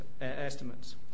estimates